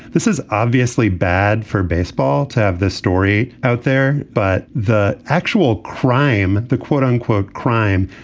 this is obviously bad for baseball to have this story out there, but the actual crime, the quote unquote crime,